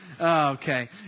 okay